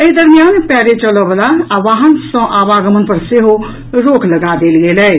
एहि दरमिसान पैरे चलऽबला आ वाहन सॅ आवागमन पर सेहो रोक लगा देल गेल अछि